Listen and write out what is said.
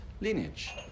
lineage